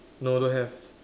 no don't have